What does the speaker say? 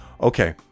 okay